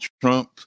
trump